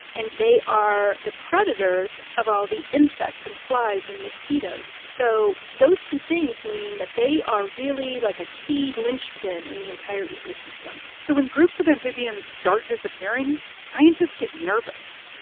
and they are the predators of all the insects and flies and mosquitoes. so those two things mean that they are really, like, a key lynchpin in the entire ecosystem so when groups of amphibians start disappearing, scientists get nervous.